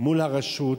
מול הרשות.